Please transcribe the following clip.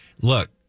Look